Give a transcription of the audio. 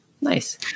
Nice